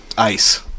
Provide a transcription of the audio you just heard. Ice